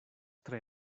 tre